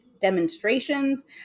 demonstrations